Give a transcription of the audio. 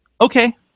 okay